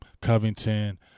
Covington